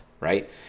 right